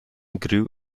grew